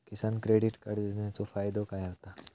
किसान credit card योजनेचो फायदो काय होता?